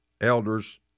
elders